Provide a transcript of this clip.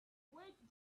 wait